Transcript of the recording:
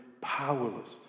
powerless